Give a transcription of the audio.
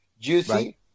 Juicy